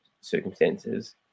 circumstances